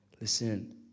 listen